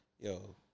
yo